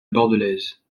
bordelaise